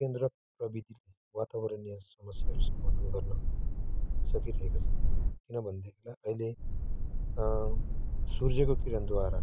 विज्ञान र प्रविधिले वातावरणीय समस्याहरू समाधान गर्न सकिरहेको छ किन भनेदेखिलाई अहिले सूर्यको किरणद्वारा